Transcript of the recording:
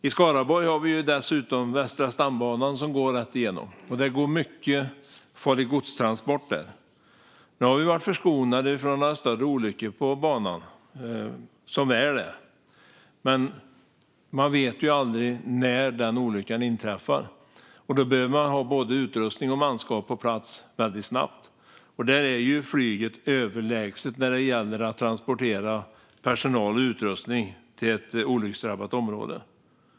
I Skaraborg har vi dessutom Västra stambanan som går rätt igenom. Där går många transporter av farligt gods. Nu har vi som väl är varit förskonade från några större olyckor på banan. Men man vet aldrig när olyckan inträffar, och då behöver man ha både utrustning och manskap på plats väldigt snabbt. Där är flyget överlägset när det gäller att transportera personal och utrustning till ett olycksdrabbat område.